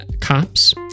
cops